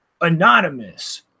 anonymous